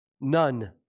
None